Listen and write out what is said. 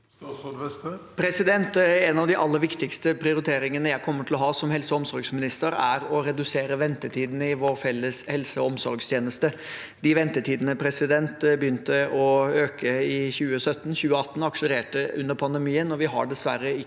av de aller viktigste prioriteringene jeg kommer til å ha som helse- og omsorgsminister, er å redusere ventetidene i vår felles helse- og omsorgstjeneste. Ventetidene begynte å øke i 2017–2018, akselererte under pandemien, og vi har dessverre ikke